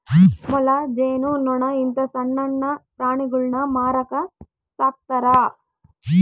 ಮೊಲ, ಜೇನು ನೊಣ ಇಂತ ಸಣ್ಣಣ್ಣ ಪ್ರಾಣಿಗುಳ್ನ ಮಾರಕ ಸಾಕ್ತರಾ